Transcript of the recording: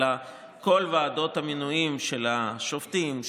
אלא כל ועדות המינויים של השופטים,